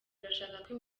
turashaka